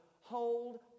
hold